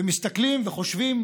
ומסתכלים וחושבים